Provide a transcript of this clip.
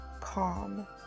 calm